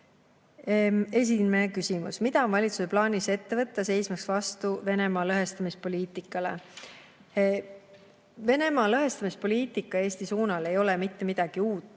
Esimene küsimus: "Mida on valitsusel plaanis ette võtta, seismaks vastu Venemaa lõhestamispoliitikale?" Venemaa lõhestamispoliitika Eesti suunal ei ole mitte midagi uut